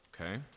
okay